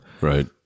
Right